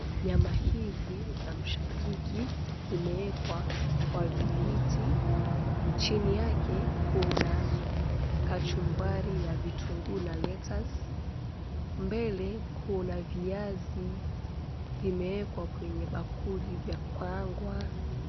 Nyama hizi za mshakiki zimeekwa kwa vijiti. Chini yake kuna kachumbari ya vitungu na lettuce . Mbele kuna viazi vimeekwa kwenye bakuli vya kukaangwa.